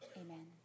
amen